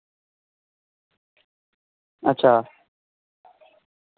अच्छा